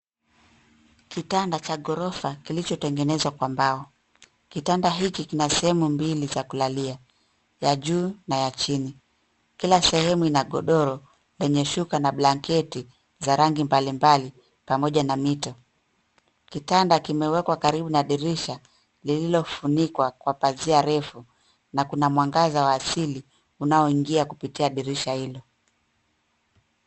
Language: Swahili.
Kitanda cha ghorofa kilichotengenezwa kwa mbao. Kitanda hiki kina sehemu mbili za kulalia, ya juu na ya chini. Kila sehemu ina godoro lenye shuka na blanketi za rangi mbalimbali pamoja na mito. Kitanda kimewekwa karibu na dirisha lililofunikwa kwa pazia refu na kuna mwangaza wa asili unaoingia kupitia dirisha hilo.